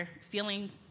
feeling